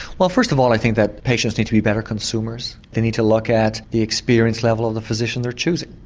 well first of all i think that patients need to be better consumers they need to look at the experience level of the physician they are choosing.